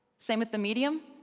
same with the medium,